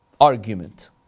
argument